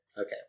okay